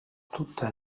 tutta